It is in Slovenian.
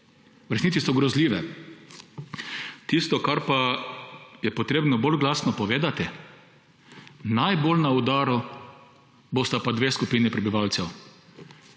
V resnici so grozljive. Tisto, kar pa je treba bolj glasno povedati, najbolj na udaru bosta pa dve skupini prebivalcev,